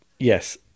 Yes